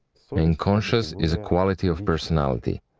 and conscience is a quality of personality.